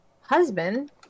Husband